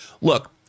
look